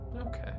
Okay